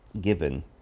given